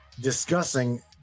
discussing